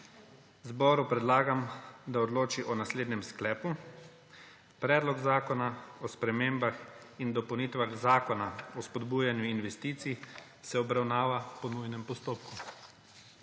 Zboru predlagam, da odloči o naslednjem predlogu sklepa: Predlog zakona o spremembah in dopolnitvah Zakona o spodbujanju investicij se obravnava po nujnem postopku.